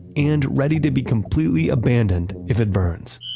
and ready to be completely abandoned if it burns.